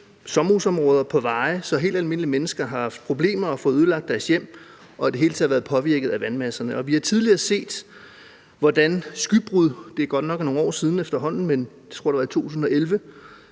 sommerhusområder, på veje, så helt almindelige mennesker har haft problemer og har fået ødelagt deres hjem og i det hele taget har været påvirket af vandmasserne. Vi har tidligere set, hvordan skybrud – det er godt nok nogle år siden, jeg tror, det var i 2011